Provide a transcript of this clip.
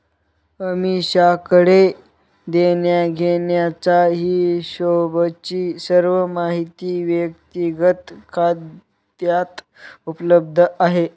अमीषाकडे देण्याघेण्याचा हिशोबची सर्व माहिती व्यक्तिगत खात्यात उपलब्ध आहे